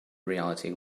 reality